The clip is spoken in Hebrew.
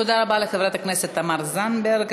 תודה רבה לחברת הכנסת תמר זנדברג.